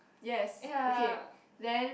yes okay then